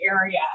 area